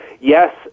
yes